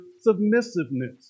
submissiveness